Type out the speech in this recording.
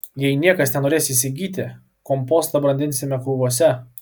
jei niekas nenorės įsigyti kompostą brandinsime krūvose